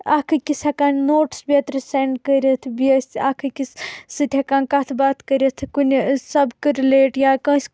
اکھ أکِس ہیکان نوٹس بٮ۪ترِ سینڈ کٔرِتھ بہِ أسۍ اکھ اکِس سۭتۍ ہیکان کتھ باتھ کرِتھ کنہِ سبقہٕ رِلیٹ یا کٲنسہِ